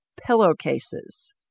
pillowcases